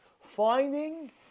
finding